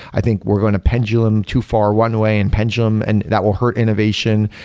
i think we're going to pendulum too far one way and pendulum, and that will hurt innovation.